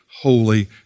holy